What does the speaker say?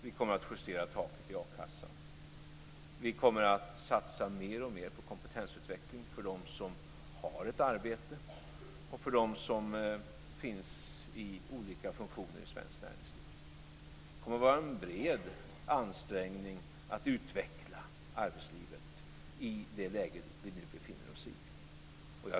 Vi kommer att justera taket i a-kassan. Vi kommer att satsa mer och mer på kompetensutveckling för dem som har ett arbete och för dem som finns i olika funktioner i svenskt näringsliv. Det kommer att vara en bred ansträngning att utveckla arbetslivet i det läge vi nu befinner oss i.